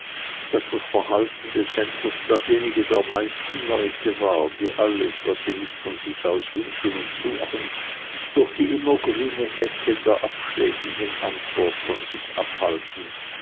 daß das verhalten des händlers dasjenige der meisten leute war die alles was sie nicht von sich aus wünschen und suchen durch die immergrüne hecke der abschlägigen antwort von sich abhalten